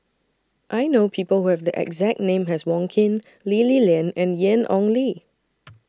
I know People Who Have The exact name as Wong Keen Lee Li Lian and Ian Ong Li